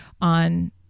on